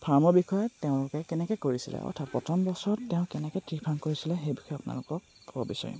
ফাৰ্মৰ বিষয়ে তেওঁলোকে কেনেকে কৰিছিলে অৰ্থাৎ প্ৰথম বছৰত তেওঁ কেনেকে ট্ৰি ফাৰ্ম কৰিছিলে সেই বিষয়ে আপোনালোকক ক'ব বিচাৰিম